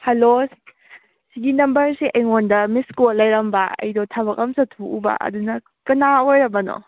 hello ꯁꯤꯒꯤ ꯅꯝꯕꯔꯁꯦ ꯑꯩꯉꯣꯟꯗ ꯃꯤꯁ ꯀꯣꯜ ꯂꯩꯔꯝꯕ ꯑꯩꯗꯣ ꯊꯕꯛ ꯑꯝ ꯆꯠꯊꯣꯛꯎꯕ ꯑꯗꯨꯅ ꯀꯅꯥ ꯑꯣꯏꯔꯕꯅꯣ